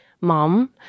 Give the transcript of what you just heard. mom